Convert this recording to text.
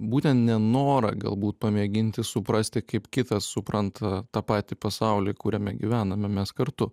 būtent nenorą galbūt pamėginti suprasti kaip kitas supranta tą patį pasaulį kuriame gyvename mes kartu